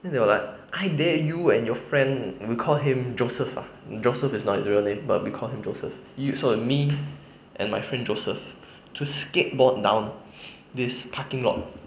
then they were like I dare you and your friend we call him joseph ah joseph is not his real name but we call him joseph you so me and my friend joseph to skateboard down this parking lot